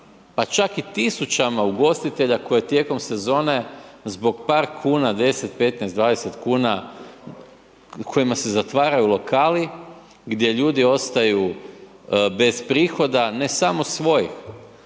pa čak i tisućama ugostitelja koje tijekom sezone zbog par kuna 10, 15, 20 kuna kojima se zatvaraju lokali, gdje ljudi ostaju bez prihoda, ne samo svojih